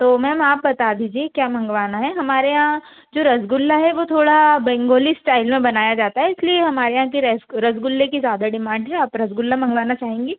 तो मैम आप बता दीजिए क्या मंगवाना है हमारे यहाँ जो रसगुल्ला है वो थोड़ा बेंगोली इस्टैल में बनाया जाता है इस लिए हमारे यहाँ कि रेस्क रसगुल्ले कि ज़्यादा डिमांड है आप रसगुल्ला मंगवाना चाहेंगी